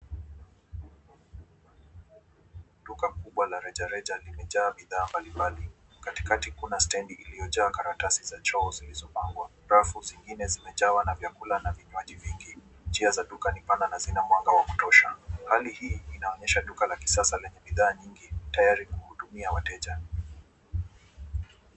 Duka kubwa la rejareja, limejaa bidhaa mbalimbali. Katikati kuna stendi iliyojaa karatasi za choo zilizopangwa. Rafu zingine zimejawa na vyakula na vinyaji vingi. Njia za duka ni pana na zina mwanga wa kutosha. Hali hii inaonyesha duka la kisasa lenye bidhaa nyingi, tayari kuhudumia wateja.